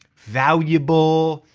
valuable,